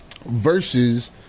versus